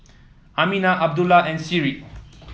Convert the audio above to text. Aminah Abdullah and Seri